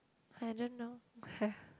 I don't know